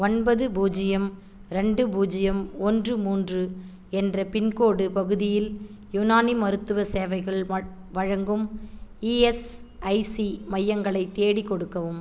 ஒன்பது பூஜ்யம் ரெண்டு பூஜ்ஜியம் ஒன்று மூன்று என்ற பின்கோட் பகுதியில் யுனானி மருத்துவச் சேவைகள் வழ வழங்கும் இஎஸ்ஐசி மையங்களை தேடிக் கொடுக்கவும்